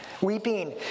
weeping